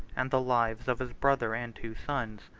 and the lives of his brother and two sons,